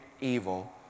evil